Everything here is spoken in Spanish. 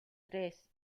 tres